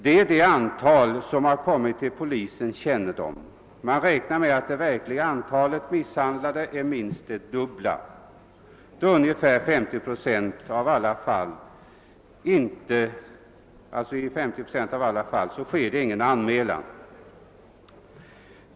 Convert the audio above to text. Det är det antal som har kommit till polisens kännedom — man räknar med att det verkliga antalet misshandlade är minst det dubbla, eftersom i ungefär 50 procent av alla fall ingen anmälan inges.